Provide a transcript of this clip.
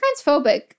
transphobic